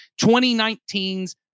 2019's